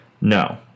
no